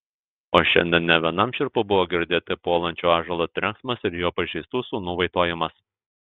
o šiandien ne vienam šiurpu buvo girdėti puolančio ąžuolo trenksmas ir jo pažeistų sūnų vaitojimas